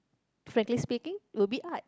frankly speaking will be art